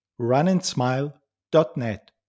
runandsmile.net